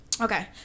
Okay